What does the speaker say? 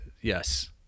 yes